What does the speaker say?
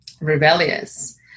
rebellious